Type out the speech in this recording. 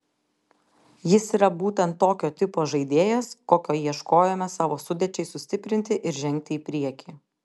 jis yra būtent tokio tipo žaidėjas kokio ieškojome savo sudėčiai sustiprinti ir žengti į priekį